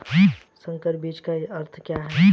संकर बीज का अर्थ क्या है?